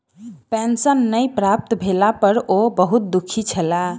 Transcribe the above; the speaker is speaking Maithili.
पेंशन नै प्राप्त भेला पर ओ बहुत दुःखी छला